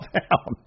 down